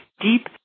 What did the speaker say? deep